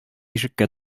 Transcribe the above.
ишеккә